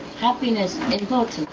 happiness important,